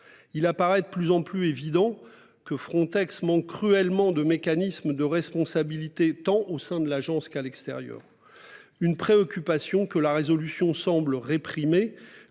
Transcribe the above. Il apparaît de plus en plus évident que Frontex manque cruellement de mécanisme de responsabilités, tant au sein de l'agence qu'à l'extérieur. Une préoccupation que la résolution semble réprimer